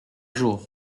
jour